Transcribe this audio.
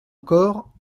encore